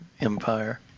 Empire